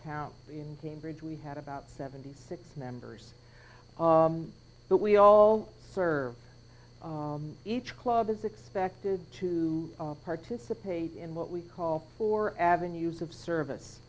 count in cambridge we had about seventy six members but we all serve each club is expected to participate in what we call or avenues of service